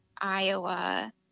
Iowa